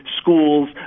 schools